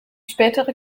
spätere